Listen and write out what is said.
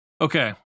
Okay